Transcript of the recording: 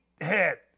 head